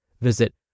Visit